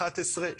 11,